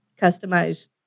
customized